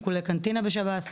עיקולי קנטינה בשב"ס,